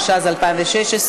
התשע"ז 2016,